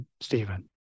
Stephen